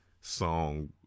song